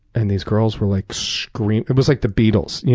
and these girls were like scream it was like the beatles. yeah